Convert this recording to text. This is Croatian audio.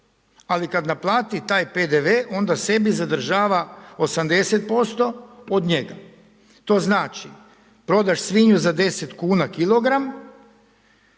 Ali kad naplati taj PDV onda sebi zadržava 80% od njega. To znači, prodaš svinju za 10 kuna kilogram,